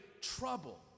trouble